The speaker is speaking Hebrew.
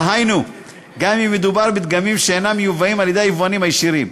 דהיינו גם אם מדובר בדגמים שאינם מיובאים על-ידי היבואנים הישירים.